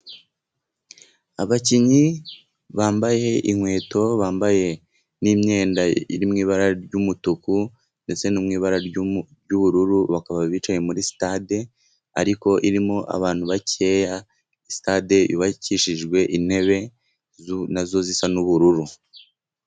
Abakinnyi bambaye inkweto, bambaye n'iyenda iri mu ibara ry'umutuku ndetse no mu ibara ry'ubururu bakaba bicaye muri sitade ariko irimo abantu bakeya. Sitade yubakishijwe intebe nazo zisa n'ubururu.